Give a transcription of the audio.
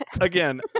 again